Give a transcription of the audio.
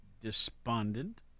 despondent